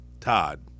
Todd